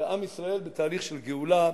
ועם ישראל בתהליך של גאולה,